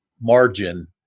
margin